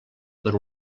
per